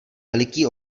veliký